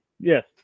Yes